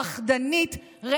פחדנית, תודה.